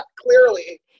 Clearly